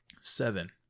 Seven